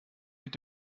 mit